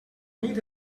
nit